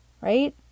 right